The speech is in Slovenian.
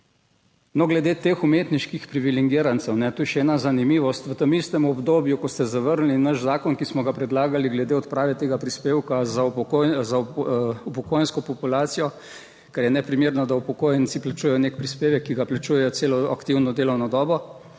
No, glede teh umetniških privilegirancev, to je še ena zanimivost v tem istem obdobju, ko ste zavrnili naš zakon, ki smo ga predlagali glede odprave tega prispevka za upokojensko populacijo, ker je neprimerno, da upokojenci plačujejo nek prispevek, ki ga plačujejo celo aktivno delovno dobo,